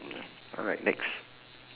alright next